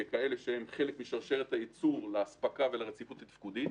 ככאלה שהם חלק משרשרת הייצור לאספקה ולרציפות התפקודית.